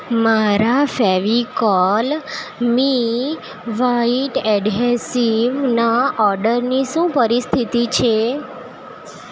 મારા ફેવિકોલ મી વ્હાઈટ એડહેસિવના ઓડરની શું પરિસ્થિતિ છે